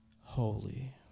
holy